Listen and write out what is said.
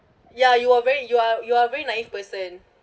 ya you are very you are you are very naive person